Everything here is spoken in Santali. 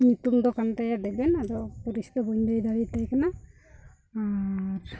ᱧᱩᱛᱩᱢ ᱫᱚ ᱠᱟᱱ ᱛᱟᱭᱟ ᱫᱮᱵᱮᱱ ᱟᱫᱚ ᱟᱛᱳ ᱫᱤᱥᱚᱢ ᱫᱚ ᱵᱟᱹᱧ ᱞᱟᱹᱭ ᱫᱟᱲᱮᱭᱟᱛᱟᱭ ᱠᱟᱱᱟ ᱟᱨ